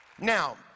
Now